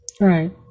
Right